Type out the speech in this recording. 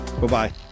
Bye-bye